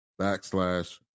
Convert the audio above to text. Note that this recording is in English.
backslash